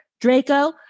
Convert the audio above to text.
Draco